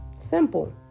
Simple